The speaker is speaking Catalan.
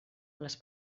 les